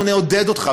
אנחנו נעודד אותך,